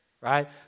right